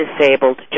disabled